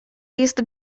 jest